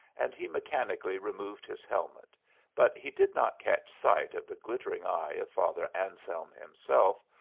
and he mechanically removed his helmet but he did not catch sight of the glittering eye of father anselm himself,